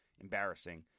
Embarrassing